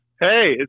Hey